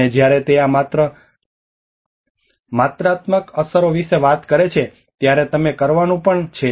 અને જ્યારે તે આ માત્રાત્મક અસરો વિશે વાત કરે છે ત્યારે તમે કરવાનું પણ છે